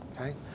Okay